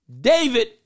David